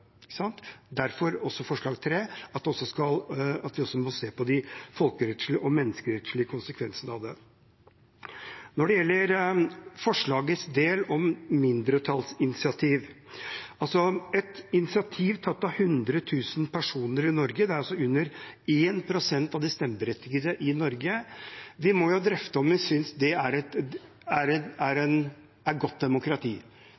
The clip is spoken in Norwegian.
derfor også forslag nr. 3, at vi må se på de folkerettslige og menneskerettslige konsekvensene av det. Til forslagets del om mindretallsinitiativ: Et initiativ tatt av hundre tusen personer i Norge gjelder under 1 pst. av de stemmeberettigede i Norge. Vi må drøfte om vi synes det er godt demokrati at man kan organisere en type kampanje og få mobilisert hundre tusen mennesker til et